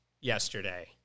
yesterday